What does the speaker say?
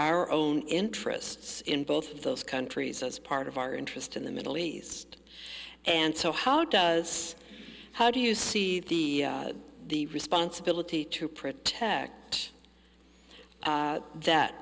our own interests in both those countries as part of our interest in the middle east and so how does how do you see the the responsibility to protect that